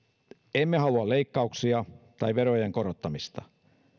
emme halua leikkauksia tai verojen korottamista